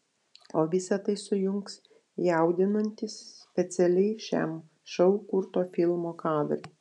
o visa tai sujungs jaudinantys specialiai šiam šou kurto filmo kadrai